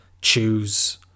choose